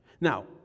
Now